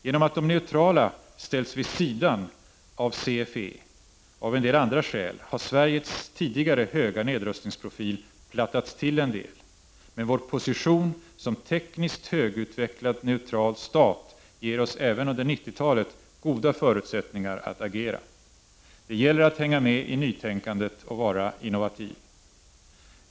Genom att de neutrala länderna ställts vid sidan av CFE och av en del andra skäl har Sveriges tidigare höga nedrustningsprofil plattats till en del, men Sveriges position som tekniskt högutvecklad neutral stat ger oss i Sverige även under 90-talet goda förutsättningar att agera. Det gäller att hänga med i nytänkandet och vara innovativ.